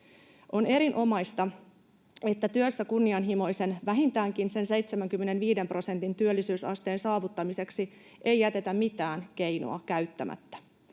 On erinomaista, että työssä kunnianhimoisen, vähintäänkin sen 75 prosentin työllisyysasteen saavuttamiseksi ei jätetä mitään keinoa käyttämättä.